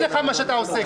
לא שמעתי מה הוא אמר.